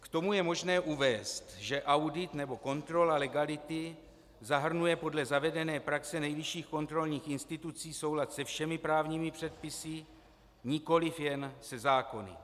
K tomu je možné uvést, že audit nebo kontrola legality zahrnuje podle zavedené praxe nejvyšších kontrolních institucí soulad se všemi právními předpisy, nikoli jen se zákony.